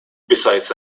besides